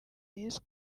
yesu